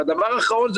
והדבר האחרון,